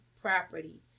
property